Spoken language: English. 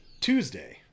Tuesday